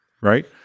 right